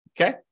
Okay